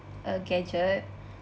a gadget